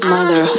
Mother